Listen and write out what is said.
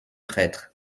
prêtre